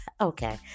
Okay